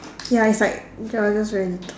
ya it's like ya just very little